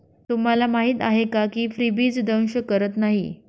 तुम्हाला माहीत आहे का की फ्रीबीज दंश करत नाही